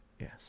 Yes